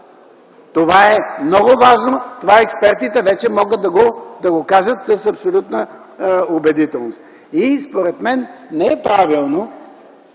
Това е много важно, експертите вече могат да го кажат с абсолютна убедителност. Според мен не е правилно